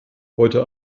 heute